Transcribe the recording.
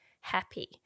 happy